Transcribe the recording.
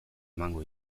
emango